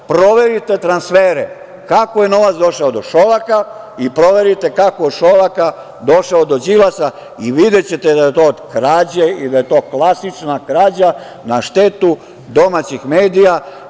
Proverite transfere, kako je novac došao do Šolaka i proverite kako je od Šolaka došao do Đilasa i videćete da je to od krađe i da je to klasična krađa na štetu domaćih medija.